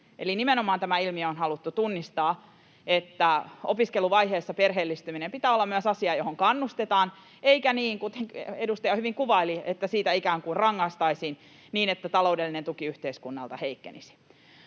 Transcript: nimenomaan on haluttu tunnistaa tämä ilmiö, että opiskeluvaiheessa perheellistymisen pitää olla myös asia, johon kannustetaan, eikä niin kuin edustaja hyvin kuvaili, että siitä ikään kuin rangaistaisiin niin, että taloudellinen tuki yhteiskunnalta heikkenisi.